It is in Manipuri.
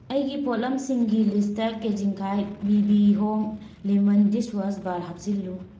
ꯑꯩꯒꯤ ꯄꯣꯠꯂꯝꯁꯤꯡꯒꯤ ꯂꯤꯁꯇ ꯀꯦꯖꯤꯝꯈꯥꯏ ꯕꯤꯕꯤ ꯍꯣꯝ ꯂꯤꯃꯟ ꯗꯤꯁꯋꯥꯁ ꯕꯥꯔ ꯍꯥꯞꯆꯤꯜꯂꯨ